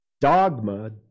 dogma